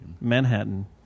Manhattan